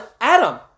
Adam